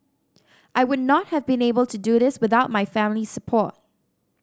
I would not have been able to do this without my family's support